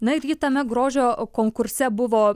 na ir ji tame grožio konkurse buvo